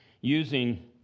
using